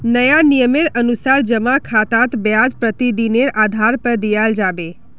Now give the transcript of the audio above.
नया नियमेर अनुसार जमा खातात ब्याज प्रतिदिनेर आधार पर दियाल जाबे